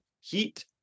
heat